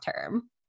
term